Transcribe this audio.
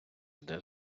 іде